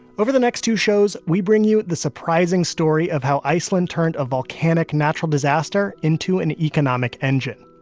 over the next two shows, we bring you the surprising story of how iceland turned a volcanic natural disaster into an economic engine,